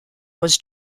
was